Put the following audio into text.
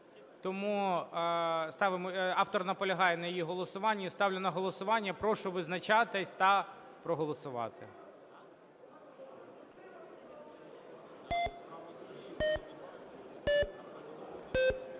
Автор наполягає на її голосуванні. Ставлю на голосування. Прошу визначатись та проголосувати.